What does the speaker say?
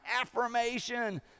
affirmation